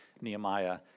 Nehemiah